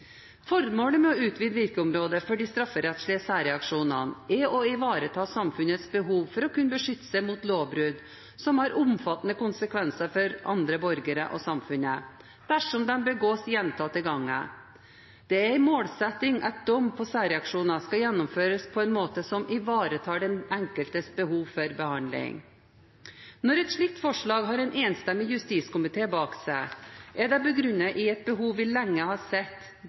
Formålet med å utvide virkeområdet for de strafferettslige særreaksjonene er å ivareta samfunnets behov for å kunne beskytte seg mot lovbrudd som har omfattende konsekvenser for andre borgere og samfunnet dersom de begås gjentatte ganger. Det er en målsetting at dom på særreaksjoner skal gjennomføres på en måte som ivaretar den enkeltes behov for behandling. Når et slikt forslag har en enstemmig justiskomité bak seg, er det begrunnet i et behov vi lenge har sett,